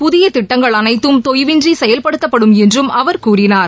புதிய திட்டங்கள் அனைத்தும் தொய்வின்றி செயல்படுத்தப்படும் என்றும் அவர் கூறினார்